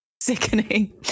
Sickening